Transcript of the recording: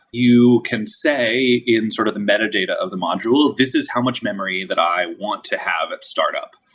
you can say in sort of the metadata of the module, this is how much memory that i want to have at startup.